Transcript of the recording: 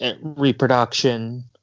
reproduction